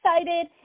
excited